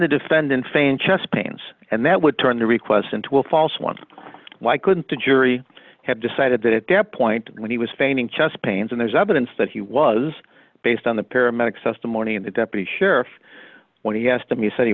the defendant feigned chest pains and that would turn the request into a false one why couldn't the jury have decided that it dept point when he was feigning chest pains and there's evidence that he was based on the paramedics testimony and a deputy sheriff when he asked them you said he